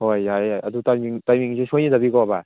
ꯍꯣꯏ ꯌꯥꯏꯌꯦ ꯌꯥꯏꯌꯦ ꯑꯗꯨ ꯇꯥꯏꯃꯤꯡ ꯇꯥꯏꯃꯤꯡꯁꯦ ꯁꯣꯏꯅꯗꯕꯤꯀꯣ ꯚꯥꯏ